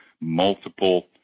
multiple